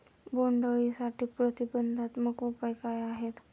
बोंडअळीसाठी प्रतिबंधात्मक उपाय काय आहेत?